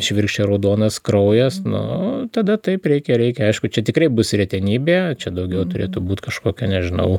švirkščia raudonas kraujas nu tada taip reikia reikia aišku čia tikrai bus retenybė čia daugiau turėtų būt kažkokia nežinau